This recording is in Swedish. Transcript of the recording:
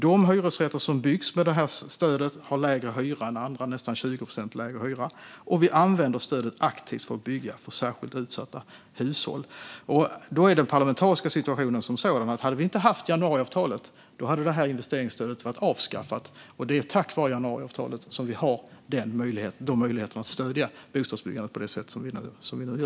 De hyresrätter som byggs med det här stödet har lägre hyra än andra, nästan 20 procent lägre hyra, och vi använder stödet aktivt för att bygga för särskilt utsatta hushåll. Nu är den parlamentariska situationen sådan att om vi inte hade haft januariavtalet, då hade det här investeringsstödet varit avskaffat. Det är tack vare januariavtalet som vi har den möjligheten att stödja bostadsbyggandet så som vi nu gör.